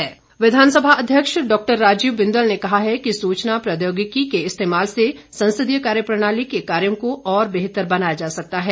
बिंदल विधानसभा अध्यक्ष डॉ राजीव बिंदल ने कहा है कि सूचना प्रौद्योगिकी के इस्तेमाल से संसदीय कार्यप्रणाली के कार्यों को और बेहतर बनाया जा सकता है